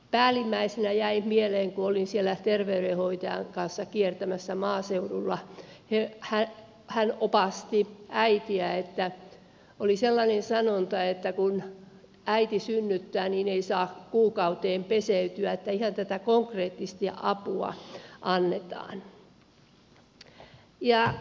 päällimmäisenä jäi mieleen että kun olin siellä terveydenhoitajan kanssa kiertämässä maaseudulla niin hän opasti äitiä kun siellä oli sellainen sanonta että kun äiti synnyttää niin ei saa kuukauteen peseytyä joten ihan tätä konkreettista apua annetaan